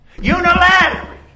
Unilateral